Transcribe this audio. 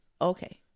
Okay